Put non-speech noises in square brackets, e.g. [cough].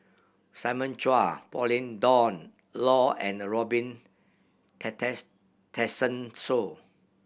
Simon Chua Pauline Dawn Loh and Robin [unintelligible] Tessensohn